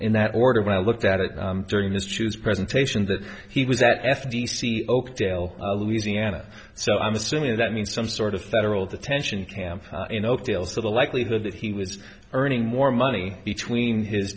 in that order when i looked at it during this choose presentation that he was at f t c oakdale louisiana so i'm assuming that means some sort of federal detention camp in oakdale so the likelihood that he was earning more money between his